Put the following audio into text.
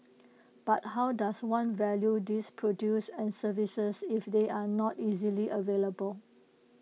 but how does one value these produce and services if they are not easily available